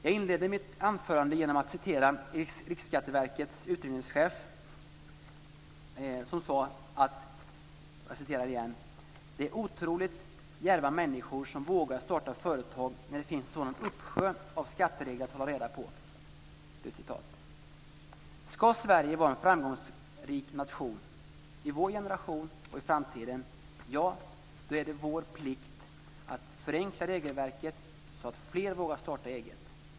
Jag inledde mitt anförande genom att citera Riksskatteverkets utredningschef, som sade: "Det är otroligt djärva människor som vågar starta företag när det finns en sådan uppsjö av skatteregler att hålla reda på." Ska Sverige vara en framgångsrik nation, i vår generation och i framtiden är det vår plikt att förenkla regelverket så att fler vågar starta eget.